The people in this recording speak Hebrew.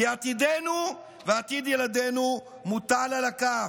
כי עתידנו ועתיד ילדינו מוטל על הכף.